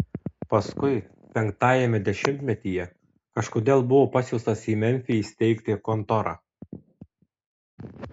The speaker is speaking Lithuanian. paskui penktajame dešimtmetyje kažkodėl buvo pasiųstas į memfį įsteigti kontorą